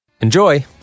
Enjoy